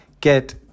get